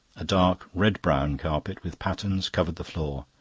a dark red-brown carpet with patterns covered the floor.